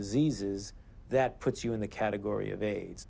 diseases that puts you in the category of a